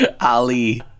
Ali